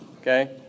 okay